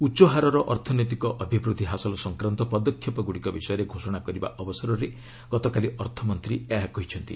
ଉଚ୍ଚହାରର ଅର୍ଥନୈତିକ ଅଭିବୃଦ୍ଧି ହାସଲ ସଂକ୍ରାନ୍ତ ପଦକ୍ଷେପଗୁଡ଼ିକ ବିଷୟରେ ଘୋଷଣା କରିବା ଅବସରରେ ଗତକାଲି ଅର୍ଥମନ୍ତ୍ରୀ ଏହା କହିଛନ୍ତି